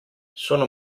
sono